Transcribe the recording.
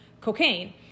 cocaine